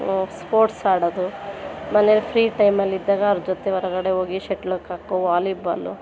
sports ಆಡೋದು ಮನೆಯಲ್ಲಿ free ಟೈಮಲ್ಲಿದ್ದಾಗ ಅವ್ರ ಜೊತೆ ಹೊರಗಡೆ ಹೋಗಿ ಶಟ್ಲ್ ಕಾಕು ವಾಲಿಬಾಲು